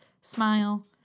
smile